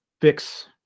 fix